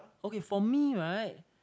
okay for me right